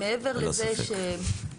מעבר לזה שלמדנו